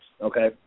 Okay